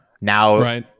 now